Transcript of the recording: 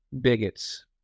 bigots